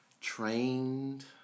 trained